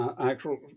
actual